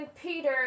Peter